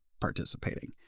participating